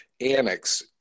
annex